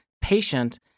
patient